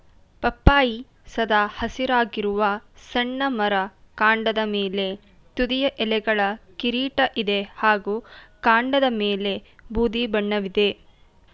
ಪಪ್ಪಾಯಿ ಸದಾ ಹಸಿರಾಗಿರುವ ಸಣ್ಣ ಮರ ಕಾಂಡದ ಮೇಲೆ ತುದಿಯ ಎಲೆಗಳ ಕಿರೀಟ ಇದೆ ಹಾಗೂ ಕಾಂಡದಮೇಲೆ ಬೂದಿ ಬಣ್ಣವಿದೆ